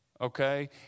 okay